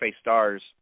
stars